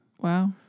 Wow